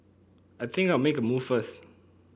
I think I'll make a move first